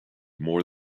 more